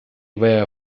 were